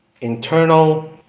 internal